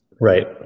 Right